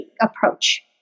approach